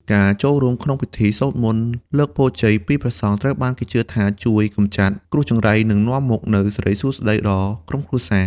ការចូលរួមក្នុងពិធីសូត្រមន្តលើកពរជ័យពីព្រះសង្ឃ ត្រូវបានគេជឿថាជួយកម្ចាត់គ្រោះចង្រៃ និងនាំមកនូវសិរីសួស្តីដល់ក្រុមគ្រួសារ។